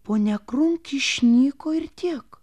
ponia krunk išnyko ir tiek